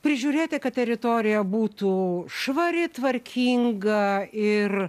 prižiūrėti kad teritorija būtų švari tvarkinga ir